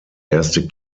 erste